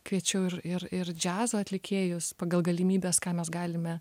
kviečiau ir ir ir džiazo atlikėjus pagal galimybes ką mes galime